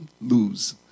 Lose